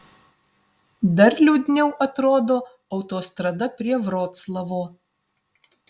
dar liūdniau atrodo autostrada prie vroclavo